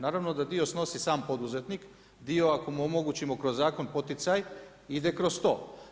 Naravno da dio snosi sam poduzetnik, dio ako mu omogućimo kroz zakon poticaj, ide kroz to.